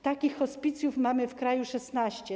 Takich hospicjów mamy w kraju 16.